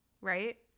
right